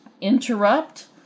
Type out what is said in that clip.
interrupt